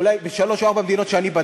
אולי בשלוש, ארבע, מדינות שבדקתי,